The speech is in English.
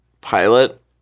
pilot